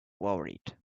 worried